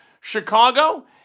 Chicago